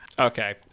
Okay